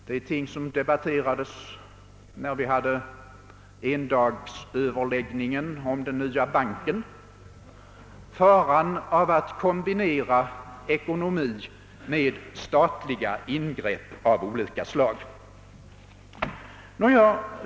Det är ting som debatterades när vi hade endagsöverläggningar om den nya banken: faran av att kombinera affärsverksamhet med statliga engagemang av olika slag.